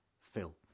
Phil